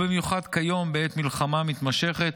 במיוחד כיום, בעת מלחמה מתמשכת,